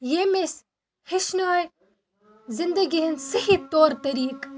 ییٚمۍ أسۍ ہیٚچھنٲے زندگی ہٕنٛدۍ صحیح طور طریٖق